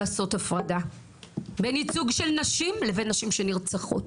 הכתפיים של הנרצחות,